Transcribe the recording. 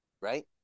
Right